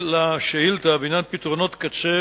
טרם הושלמה הנחת צינור הגז הטבעי.